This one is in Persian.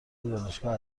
دانشگاه